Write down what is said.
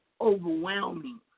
overwhelming